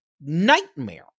nightmare